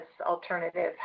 alternative